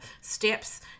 steps